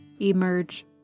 emerge